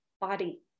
body